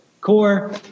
Core